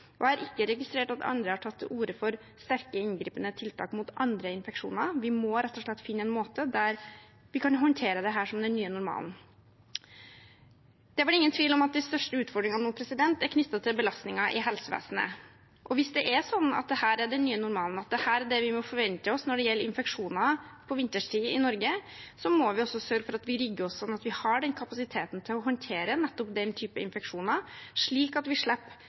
Jeg har ikke registrert at andre har tatt til orde for sterke, inngripende tiltak mot andre infeksjoner. Vi må rett og slett finne en måte å håndtere dette som den nye normalen på. Det er vel ingen tvil om at de største utfordringene nå er knyttet til belastningen i helsevesenet. Hvis det er sånn at dette er den nye normalen, at dette er det vi må forvente oss når det gjelder infeksjoner på vinterstid i Norge, må vi også sørge for å rigge oss sånn at vi har kapasitet til å håndtere nettopp den typen infeksjoner, slik at vi slipper